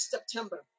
September